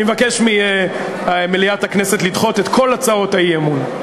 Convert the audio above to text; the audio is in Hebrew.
אני מבקש ממליאת הכנסת לדחות את כל הצעות האי-אמון.